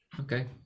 Okay